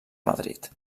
madrid